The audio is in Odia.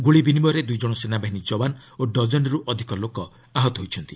ଗୁଳିବିନିମୟରେ ଦୁଇଜଣ ସେନାବାହିନୀ କ୍ରୱାନ ଓ ଡଜନେରୁ ଅଧିକ ଲୋକ ଆହତ ହୋଇଛନ୍ତି